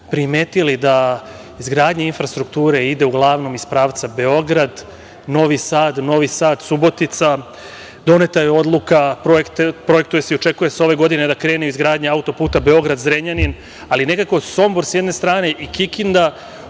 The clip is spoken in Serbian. primetili da izgradnja infrastrukture ide uglavnom iz pravca Beograd-Novi Sad, Novi Sad-Subotica. Doneta je odluka, projektuje se i očekuje se ove godine da krene izgradnja auto-puta Beograd-Zrenjanin, ali nekako Sombor sa jedne strane i Kikinda